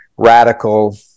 radical